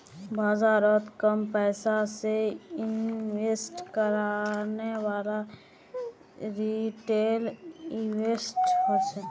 बाजारोत कम पैसा से इन्वेस्ट करनेवाला रिटेल इन्वेस्टर होछे